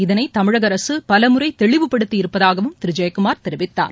இதனைதமிழகஅரசுபலமுறைதெளிவுபடுத்தியிருப்பதாகவும் திருஜெயக்குமார் தெரிவித்தார்